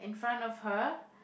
in front of her